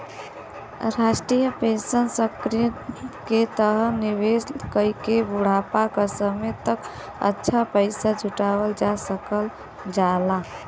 राष्ट्रीय pension scheme के तहत निवेश कइके बुढ़ापा क समय तक अच्छा पैसा जुटावल जा सकल जाला